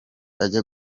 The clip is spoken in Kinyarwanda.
ajya